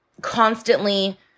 constantly